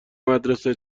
مدرسه